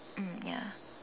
mm ya